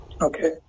Okay